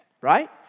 right